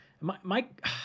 Mike